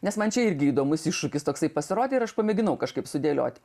nes man čia irgi įdomus iššūkis toksai pasirodė ir aš pamėginau kažkaip sudėlioti